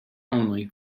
only